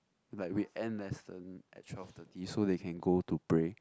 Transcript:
like we end lesson at twelve thirty so they can go to pray